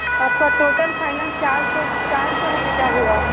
आपका total final चार सौ चार सौ रुपए का हुआ